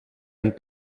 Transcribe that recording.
ein